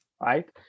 Right